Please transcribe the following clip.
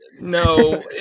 No